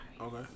Okay